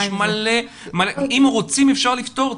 אם רוצים אפשר לפתור.